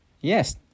Yes